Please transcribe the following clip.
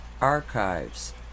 archives